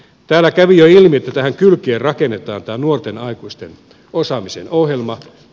täällä kävi jo ilmi että tähän kylkeen rakennetaan nuorten aikuisten osaamisohjelma